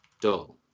dull